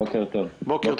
בוקר טוב.